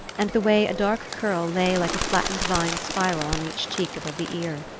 and the way a dark curl lay like a flattened vine spiral on each cheek above the ear.